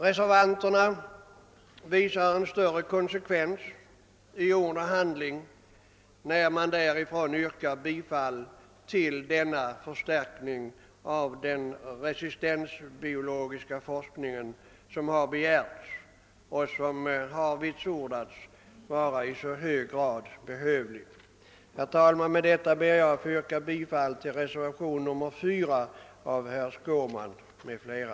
Reservanterna visar större konsekvens mellan ord och handling när de yrkar bifall till denna förstärkning av den resistensbiologiska forskningen som har vitsordats vara i så hög grad behövlig. Herr talman! Jag yrkar bifall till reservationen 4 av herr Skårman m.fl.